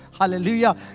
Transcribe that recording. Hallelujah